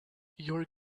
your